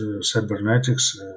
cybernetics